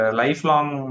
lifelong